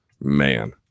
Man